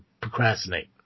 procrastinate